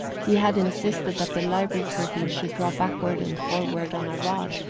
he had insisted that the library curtains should draw backward and forward on a rod,